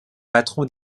patron